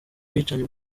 bwicanyi